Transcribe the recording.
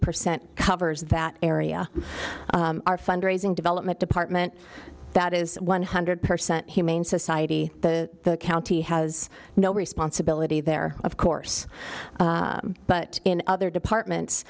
percent covers that area our fundraising development department that is one hundred percent humane society the county has no responsibility there of course but in other departments